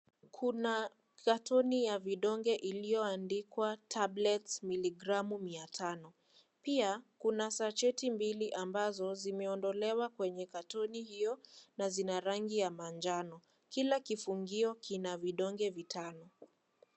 Kuna katoni ya vidonge iliyoandikwa tablets miligramu mia tano, pia kuna sacheti mbili ambazo zimeondolewa kwenye katoni hio na zina rangi ya manjano kila kifungio kina vidonge vitano.